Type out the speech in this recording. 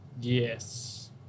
Yes